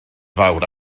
fawr